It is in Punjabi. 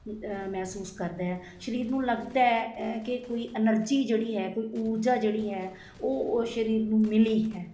ਮਹਿਸੂਸ ਕਰਦਾ ਸਰੀਰ ਨੂੰ ਲੱਗਦਾ ਕਿ ਕੋਈ ਐਨਰਜੀ ਜਿਹੜੀ ਹੈ ਕੋਈ ਊਰਜਾ ਜਿਹੜੀ ਹੈ ਉਹ ਉਹ ਸਰੀਰ ਨੂੰ ਮਿਲੀ ਹੈ